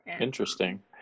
Interesting